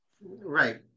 Right